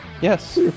Yes